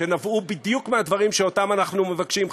שנבעו בדיוק מהדברים שאותם אנחנו מבקשים,